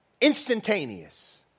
Instantaneous